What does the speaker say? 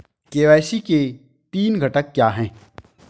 KYC के तीन घटक क्या हैं?